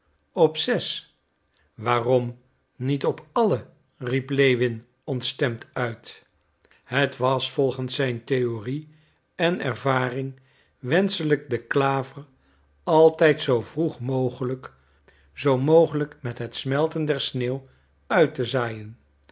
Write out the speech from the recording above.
op zes waarom niet op alle riep lewin ontstemd uit het was volgens zijn theorie en ervaring wenschelijk de klaver altijd zoo vroeg mogelijk zoo mogelijk met het smelten der sneeuw uit te zaaien